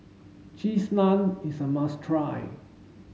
cheese naan is a must try